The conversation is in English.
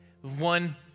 One